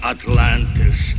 Atlantis